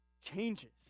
changes